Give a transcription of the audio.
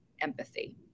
empathy